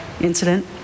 incident